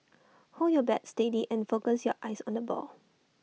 hold your bat steady and focus your eyes on the ball